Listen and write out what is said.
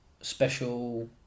special